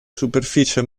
superficie